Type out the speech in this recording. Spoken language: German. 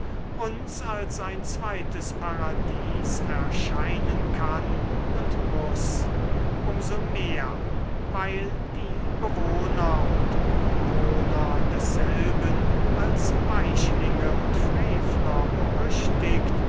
uns als ein zweites paradies erscheinen kann und muß um so mehr weil die bewohner und umwohner desselben als weichlinge und frevler berüchtigt